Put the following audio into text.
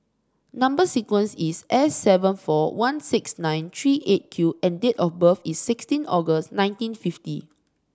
number sequence is S seven four one six nine three Eight Q and date of birth is sixteen August nineteen fifty